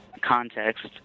context